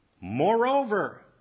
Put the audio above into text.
Moreover